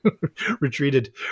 retreated